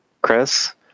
Chris